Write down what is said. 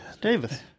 David